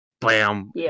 bam